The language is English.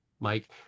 Mike